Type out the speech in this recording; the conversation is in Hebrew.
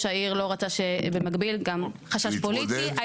העיר לא רצה ובמקביל גם חשש פוליטי,